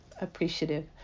appreciative